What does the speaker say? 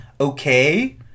okay